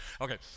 okay